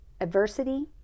adversity